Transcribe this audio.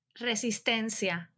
Resistencia